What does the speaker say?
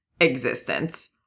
existence